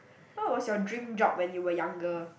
what was your dream job when you were younger